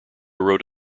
wrote